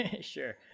Sure